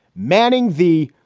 manning the.